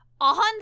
on